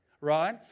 Right